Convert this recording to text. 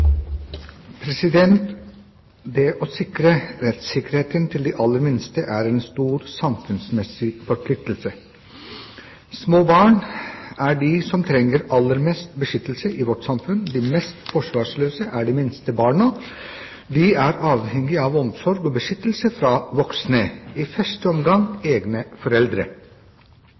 en stor samfunnsmessig forpliktelse. Små barn er de som trenger aller mest beskyttelse i vårt samfunn. De mest forsvarsløse er de minste barna. De er avhengige av omsorg og beskyttelse fra voksne, i første omgang egne foreldre.